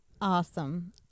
Awesome